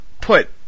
put